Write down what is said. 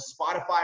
Spotify